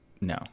no